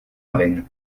aven